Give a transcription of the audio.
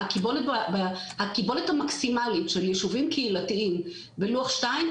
הקיבולת המקסימלית של יישובים קהילתיים בלוח2,